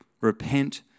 repent